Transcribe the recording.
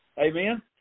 Amen